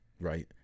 right